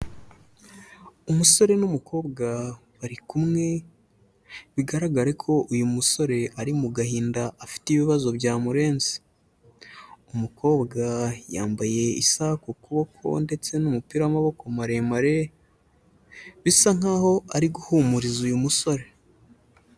Umusore n'umukobwa bari kumwe, bigaragare ko uyu musore ari mu gahinda afite ibibazo byamurenze, umukobwa yambaye isaha ku kuboko ndetse n'umupira w'amaboko maremare, bisa nk'aho ari guhumuriza uyu musore.